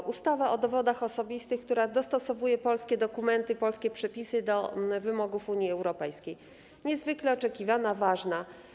Ta ustawa o dowodach osobistych, która dostosowuje polskie dokumenty i polskie przepisy do wymogów Unii Europejskiej, jest niezwykle oczekiwana, ważna.